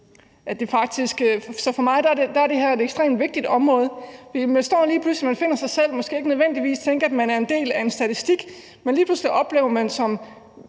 for mig er det her et ekstremt vigtigt område. Man tænker ikke nødvendigvis, at man er en del af en statistik, men lige pludselig oplever man som